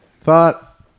Thought